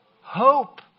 hope